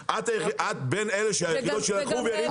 ענבר, כשאני מדבר כרגע אני מתכוון לאוצר.